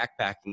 backpacking